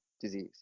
disease